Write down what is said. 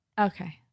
Okay